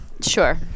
Sure